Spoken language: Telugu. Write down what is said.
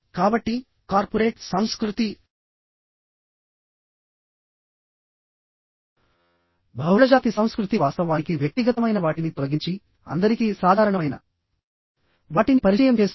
కాబట్టి కార్పొరేట్ సంస్కృతిబహుళజాతి సంస్కృతి వాస్తవానికి వ్యక్తిగతమైన వాటిని తొలగించిఅందరికీ సాధారణమైన వాటిని పరిచయం చేస్తోంది